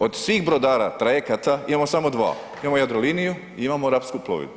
Od svih brodara, trajekata, imamo samo 2. Imamo Jadroliniju i imamo Rapsku plovidbu.